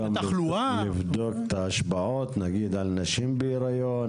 לבדוק גם את ההשפעות על נשים בהריון,